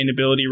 sustainability